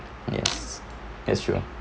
yes that's true